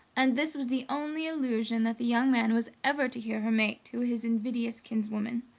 and this was the only allusion that the young man was ever to hear her make to his invidious kinswoman.